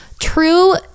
true